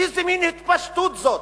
איזה מין התפשטות זאת?